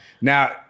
Now